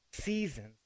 seasons